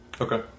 Okay